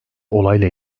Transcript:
olayla